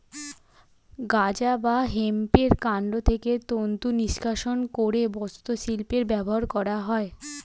গাঁজা বা হেম্পের কান্ড থেকে তন্তু নিষ্কাশণ করে বস্ত্রশিল্পে ব্যবহার করা হয়